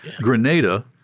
Grenada